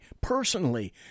personally